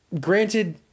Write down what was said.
Granted